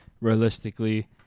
realistically